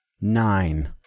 Nine